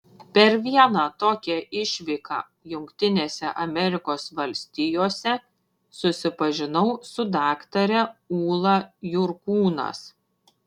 per vieną tokią išvyką jungtinėse amerikos valstijose susipažinau su daktare ūla jurkūnas